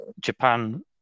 Japan